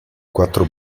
quattro